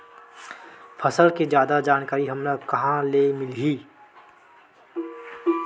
फसल के जादा जानकारी हमला कहां ले मिलही?